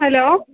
hello